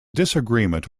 disagreement